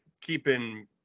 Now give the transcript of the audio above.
keeping